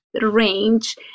range